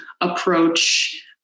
approach